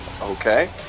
Okay